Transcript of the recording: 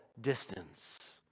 distance